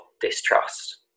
distrust